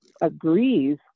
agrees